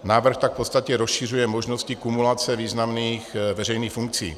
Návrh tak v podstatě rozšiřuje možnosti kumulace významných veřejných funkcí.